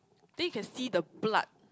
then you can see the blood